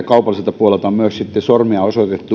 kaupalliselta puolelta on tavallaan myös osoitettu sormea